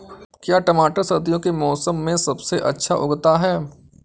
क्या टमाटर सर्दियों के मौसम में सबसे अच्छा उगता है?